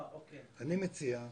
אני מציע,